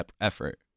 effort